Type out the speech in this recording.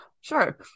Sure